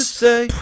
say